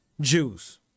Jews